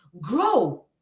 grow